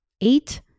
eight